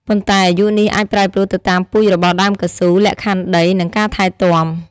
ប៉ុន្តែអាយុនេះអាចប្រែប្រួលទៅតាមពូជរបស់ដើមកៅស៊ូ លក្ខខណ្ឌដី និងការថែទាំ។